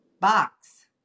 box